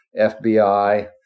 FBI